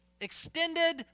Extended